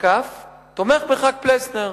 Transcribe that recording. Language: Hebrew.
תומך בח"כ פלסנר.